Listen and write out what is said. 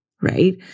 right